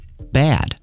bad